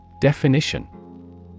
Definition